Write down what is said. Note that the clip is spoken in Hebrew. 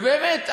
ובאמת,